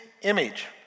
image